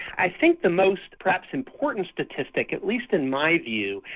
i think the most perhaps important statistic, at least in my view,